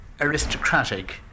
aristocratic